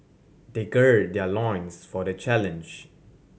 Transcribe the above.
they gird their loins for the challenge